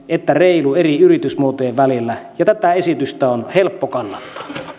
että reiluja eri yritysmuotojen välillä ja tätä esitystä on helppo kannattaa